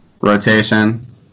rotation